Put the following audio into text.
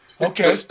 Okay